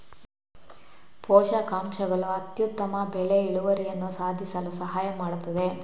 ಪೋಷಕಾಂಶಗಳು ಅತ್ಯುತ್ತಮ ಬೆಳೆ ಇಳುವರಿಯನ್ನು ಸಾಧಿಸಲು ಸಹಾಯ ಮಾಡುತ್ತದೆ